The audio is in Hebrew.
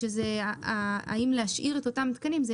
השאלה האם להשאיר את אותם תקנים תהיה